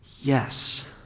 yes